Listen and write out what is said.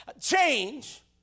change